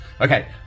Okay